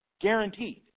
Guaranteed